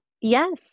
yes